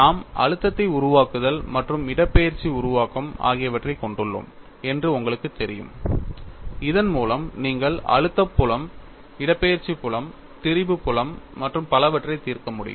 நாம் அழுத்தத்தை உருவாக்குதல் மற்றும் இடப்பெயர்ச்சி உருவாக்கம் ஆகியவற்றைக் கொண்டுள்ளோம் என்று உங்களுக்குத் தெரியும் இதன் மூலம் நீங்கள் அழுத்தம் புலம் இடப்பெயர்ச்சி புலம் திரிபு புலம் மற்றும் பலவற்றை தீர்க்க முடியும்